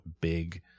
big